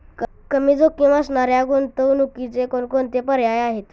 कमी जोखीम असणाऱ्या गुंतवणुकीचे कोणकोणते पर्याय आहे?